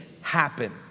happen